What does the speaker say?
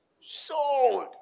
sold